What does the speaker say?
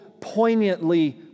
poignantly